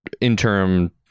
interim